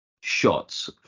shots